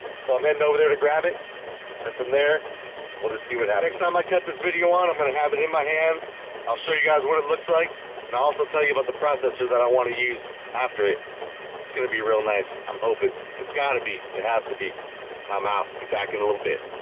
so i'm heading over there to grab it then from there we'll just see what that next time. i cut this video on i'm gonna have it in my hands i'll show you guys what it looks like and i also tell you about the processor that i want to use use after it it's gonna be real nice. i'm hoping it's gotta be it has to be i'm out be back in a little bit